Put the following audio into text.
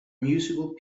musical